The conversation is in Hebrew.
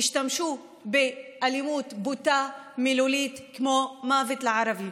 השתמשו באלימות מילולית בוטה כמו "מוות לערבים".